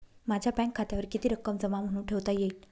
माझ्या बँक खात्यावर किती रक्कम जमा म्हणून ठेवता येईल?